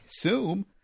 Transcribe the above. assume